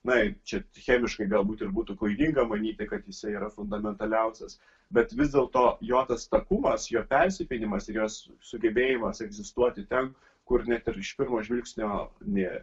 na ir čia chemiškai galbūt ir būtų klaidinga manyti kad jisai yra fundamentaliausias bet vis dėlto jo tas takumas jo persipynimas ir jo sugebėjimas egzistuoti ten kur net ir iš pirmo žvilgsnio nė